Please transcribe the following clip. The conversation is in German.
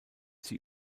sie